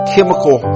chemical